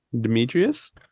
demetrius